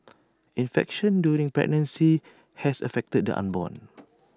infection during pregnancy has affected the unborn